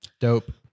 dope